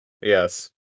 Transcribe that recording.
Yes